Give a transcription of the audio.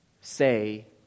say